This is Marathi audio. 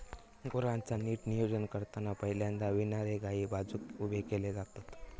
गुरांचा नीट नियोजन करताना पहिल्यांदा विणारे गायी बाजुक उभे केले जातत